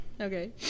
Okay